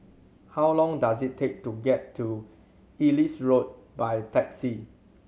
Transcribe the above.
how long does it take to get to Ellis Road by taxi